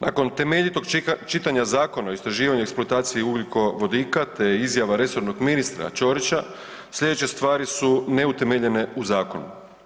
Nakon temeljitog čitanja Zakona o istraživanju i eksploataciji ugljikovodika te izjava resornog ministra Ćorića slijedeće stvari su neutemeljene u zakonu.